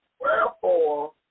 Wherefore